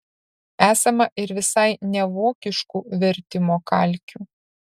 esama ir visai nevokiškų vertimo kalkių